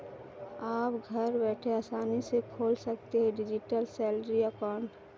आप घर बैठे आसानी से खोल सकते हैं डिजिटल सैलरी अकाउंट